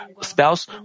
spouse